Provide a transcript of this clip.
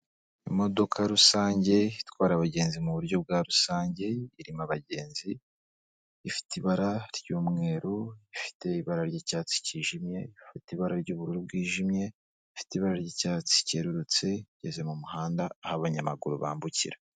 Imodoka rusange itwara abagenzi mu buryo bwa rusange irimo abagenzi, ifite ibara ry'umweru, ifite ibara ry'icyatsi cyijimye, ifite ibara ry'ubururu bwijimye, ifite ibara ry'icyatsi cyerurutse, igeze mu muhanda aho abanyamaguru bambukira.